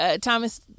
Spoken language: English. Thomas